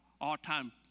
all-time